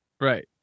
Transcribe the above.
right